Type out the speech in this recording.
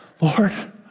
Lord